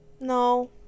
No